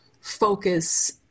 focus